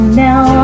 now